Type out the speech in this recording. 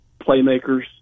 playmakers